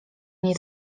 nie